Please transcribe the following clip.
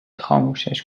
خاموشش